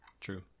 True